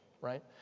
right